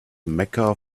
mecca